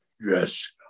yes